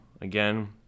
again